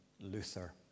Luther